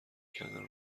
کردن